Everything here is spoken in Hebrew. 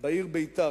בעיר ביתר.